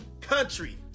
country